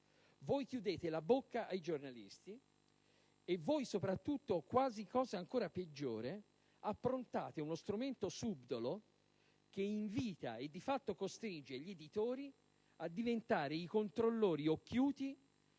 Voi chiudete la bocca ai giornalisti e, cosa quasi ancora peggiore, approntate uno strumento subdolo che invita e, di fatto, costringe gli editori a diventare i controllori occhiuti